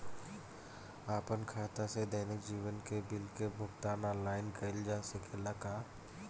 आपन खाता से दैनिक जीवन के बिल के भुगतान आनलाइन कइल जा सकेला का?